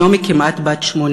היום היא כמעט בת 18,